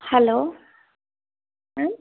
hello ma'am